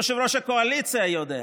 יושב-ראש הקואליציה יודע,